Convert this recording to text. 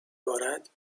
بارد